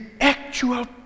actual